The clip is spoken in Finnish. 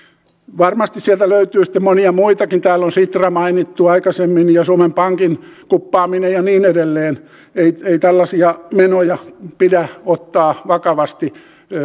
varmasti sieltä löytyy sitten monia muitakin täällä on sitra mainittu aikaisemmin ja suomen pankin kuppaaminen ja niin edelleen ei ei tällaisia menoja pidä ottaa vakavasti